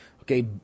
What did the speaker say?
Okay